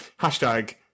Hashtag